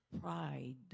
pride